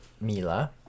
Mila